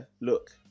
look